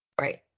right